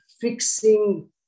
fixing